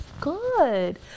good